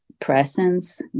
presence